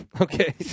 Okay